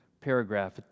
paragraph